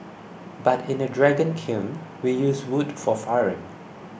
but in a dragon kiln we use wood for firing